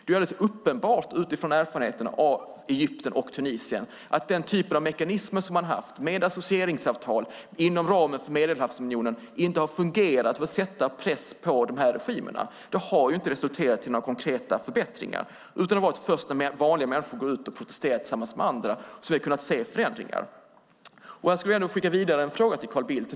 Det är alldeles uppenbart utifrån erfarenheterna av Egypten och Tunisien att det med den typen av mekanismer som man har haft med associeringsavtal inom ramen för Medelhavsunionen inte har fungerat att sätta press på dessa regimer. Det har inte resulterat i några konkreta förbättringar. Det har varit först när vanliga människor tillsammans har gått ut och protesterat som vi har kunnat se förändringar. Jag skulle ändå vilja skicka en fråga vidare till Carl Bildt.